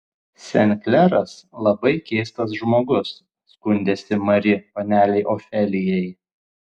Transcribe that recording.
sen kleras labai keistas žmogus skundėsi mari panelei ofelijai